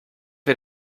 wir